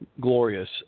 glorious